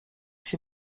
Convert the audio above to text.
się